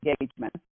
engagement